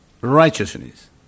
righteousness